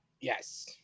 Yes